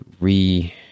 re-